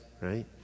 right